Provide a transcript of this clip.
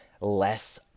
less